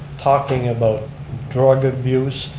talking about drug abuse,